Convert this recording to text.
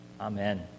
Amen